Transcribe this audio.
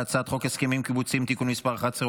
הצעת חוק הסכמים קיבוציים (תיקון מס' 11,